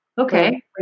okay